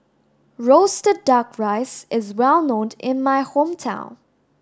roasted duck rice is well known in my hometown